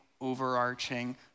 overarching